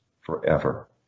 forever